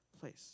place